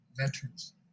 veterans